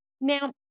Now